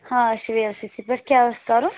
ہاں أسۍ چھِ وی اٮ۪ل سی سی پٮ۪ٹھ کیاہ اوس کرُن